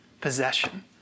possession